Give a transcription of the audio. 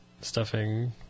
stuffing